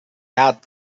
out